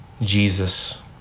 Jesus